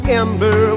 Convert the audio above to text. ember